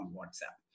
WhatsApp